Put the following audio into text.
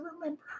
remember